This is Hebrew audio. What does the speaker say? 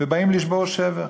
ובאים לשבור שבר.